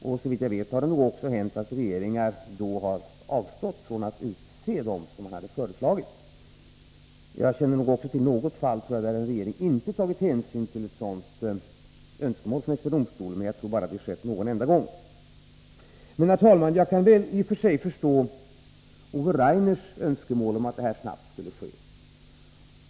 Och såvitt jag vet har det också hänt att regeringar då har avstått från att utse dem som föreslagits. Jag känner nog också till något fall där en regering inte tagit hänsyn till ett sådant önskemål från högsta domstolen, men jag tror att det bara skett någon enda gång. Herr talman! Jag kan i och för sig förstå Ove Rainers önskemål att denna utnämning snabbt skulle ske.